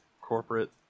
corporate